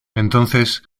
entonces